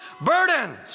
burdens